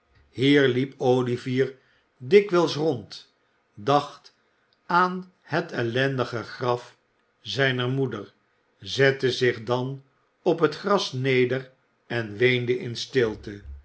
liep olivier dikwijls rond dacht aan het ellendige graf zijner moeder zette zich dan op het gras neder en weende in stilte